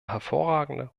hervorragende